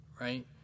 right